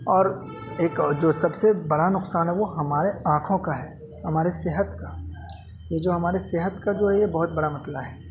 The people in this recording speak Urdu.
اور ایک جو سب سے بڑا نقصان ہے وہ ہمارے آنکھوں کا ہے ہمارے صحت کا یہ جو ہمارے صحت کا جو یہ بہت بڑا مسئلہ ہے